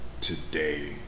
today